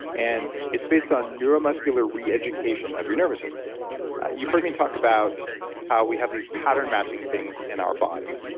and it's based on neuromuscular reeducation of your nervous system you've heard me talk about how we have these pattern matching things in our body,